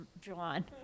John